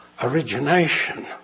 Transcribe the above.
origination